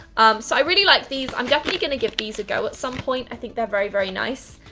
um, so i really like these, i'm definitely gonna give these a go at some point. i think they're very very nice.